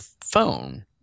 phone